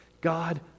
God